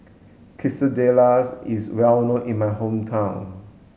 quesadillas is well known in my hometown